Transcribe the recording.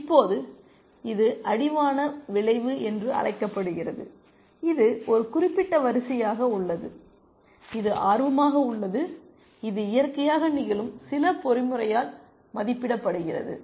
இப்போது இது அடிவான விளைவு என்று அழைக்கப்படுகிறது இது ஒரு குறிப்பிட்ட வரிசையாக உள்ளது இது ஆர்வமாக உள்ளது இது இயற்கையாக நிகழும் சில பொறிமுறையால் மதிப்பிடப்படுகிறது